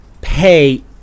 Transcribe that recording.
pay